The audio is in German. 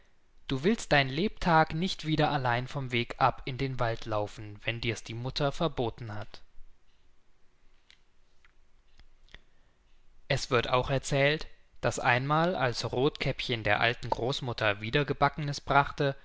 du willst dein lebtag nicht wieder allein vom weg ab in den wald laufen wenn dirs die mutter verboten hat es wird auch erzählt daß einmal als rothkäppchen der alten großmutter wieder gebackenes brachte